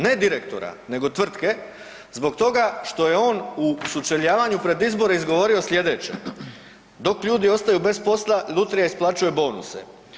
Ne direktora, nego tvrtke zbog toga što je on u sučeljavanju pred izbore izgovorio sljedeće: „Dok ljudi ostaju bez posla, Lutrija isplaćuje bonuse.